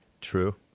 True